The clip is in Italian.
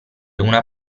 una